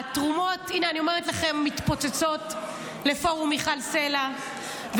אני אומרת לכם: 1. התרומות לפורום מיכל סלה מתפוצצות,